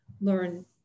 learn